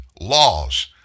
laws